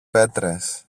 πέτρες